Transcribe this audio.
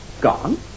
Gone